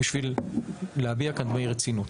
כדי להביע כאן דמי רצינות.